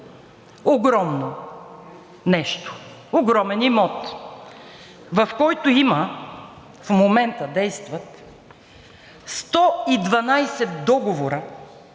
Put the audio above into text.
огромно нещо, огромен имот, в който в момента действат 112 договора